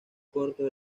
corto